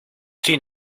sin